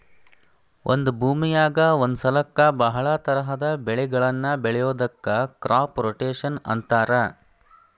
ಒಂದ ಭೂಮಿಯಾಗ ಒಂದ ಸಲಕ್ಕ ಬಹಳ ತರಹದ ಬೆಳಿಗಳನ್ನ ಬೆಳಿಯೋದಕ್ಕ ಕ್ರಾಪ್ ರೊಟೇಷನ್ ಅಂತಾರ